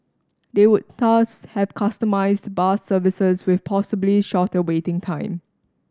they would thus have customised bus services with possibly shorter waiting time